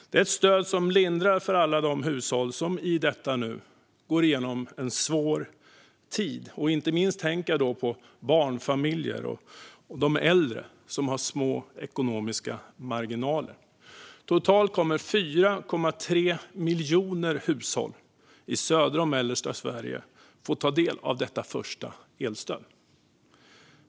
Det är ett stöd som lindrar för alla de hushåll som i detta nu går igenom en svår tid. Då tänker jag inte minst på barnfamiljer och äldre med små ekonomiska marginaler. Totalt kommer 4,3 miljoner hushåll i södra och mellersta Sverige att få ta del av detta första elstöd.